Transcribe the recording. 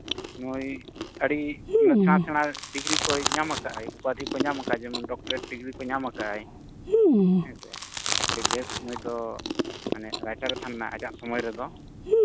ᱱᱩᱭ ᱟᱹᱰᱤ ᱥᱮᱬᱟ ᱥᱮᱬᱟ ᱰᱤᱜᱽᱨᱤ ᱠᱚᱭ ᱧᱟᱢ ᱟᱠᱟᱫ ᱟᱭ ᱩᱯᱟᱫᱷᱤ ᱠᱚᱭ ᱧᱟᱢ ᱟᱠᱟᱫᱼᱟ ᱡᱮᱢᱚᱱ ᱰᱚᱠᱴᱚᱨᱮᱴ ᱰᱤᱜᱽᱨᱤ ᱠᱚᱭ ᱧᱟᱢ ᱟᱠᱟᱫ ᱟᱭ ᱦᱮᱸ ᱥᱮ ᱟᱹᱰᱤ ᱵᱮᱥ ᱱᱩᱭ ᱫᱚ ᱢᱟᱱᱮ ᱨᱟᱭᱴᱟᱨᱮ ᱛᱟᱦᱮᱸ ᱞᱮᱱᱟ ᱟᱡᱟᱜ ᱥᱚᱢᱚᱭ ᱨᱮᱫᱚ